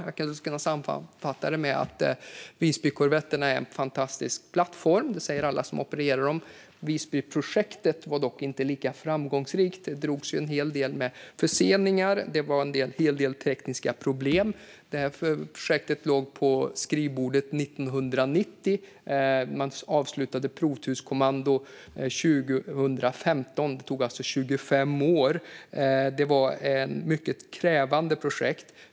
Jag skulle kunna sammanfatta det med att Visbykorvetterna är en fantastisk plattform. Det säger alla som opererar dem. Visbyprojektet var dock inte lika framgångsrikt. Det drogs med en hel del förseningar och en hel del tekniska problem. Projektet låg på skrivbordet 1990, och man avslutade provturskommando 2015. Det tog alltså 25 år. Det var ett mycket krävande projekt.